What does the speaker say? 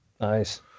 Nice